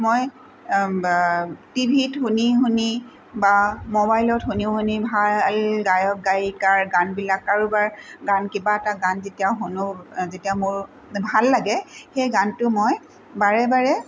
মই টি ভিত শুনি শুনি বা ম'বাইলত শুনি শুনি ভাল গায়ক গায়িকাৰ গানবিলাক কাৰোবাৰ গান কিবা এটা গান যেতিয়া শুনোঁ যেতিয়া মোৰ ভাল লাগে সেই গানটো মই বাৰে বাৰে